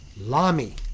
lami